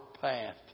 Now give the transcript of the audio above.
path